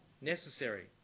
Necessary